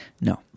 No